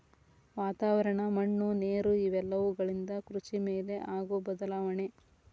ವಾತಾವರಣ, ಮಣ್ಣು ನೇರು ಇವೆಲ್ಲವುಗಳಿಂದ ಕೃಷಿ ಮೇಲೆ ಆಗು ಬದಲಾವಣೆ